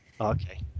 Okay